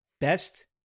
best